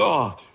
God